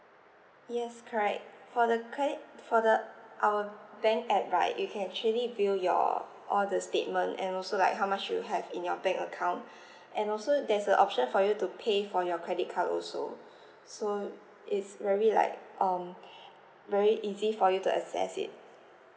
yes correct for the credit for the our bank app right you can actually view your all the statement and also like how much you have in your bank account and also there's a option for you to pay for your credit card also so it's very like um very easy for you to access it